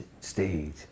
stage